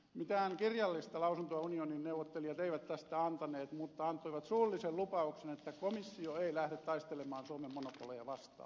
mitään kirjallista lausuntoa unionin neuvottelijat eivät tästä antaneet mutta antoivat suullisen lupauksen että komissio ei lähde taistelemaan suomen monopoleja vastaan